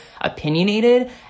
opinionated